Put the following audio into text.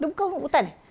room kau hutan eh